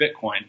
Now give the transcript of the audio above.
Bitcoin